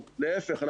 אלא להיפך,